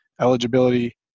eligibility